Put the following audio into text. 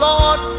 Lord